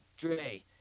Dre